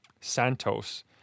Santos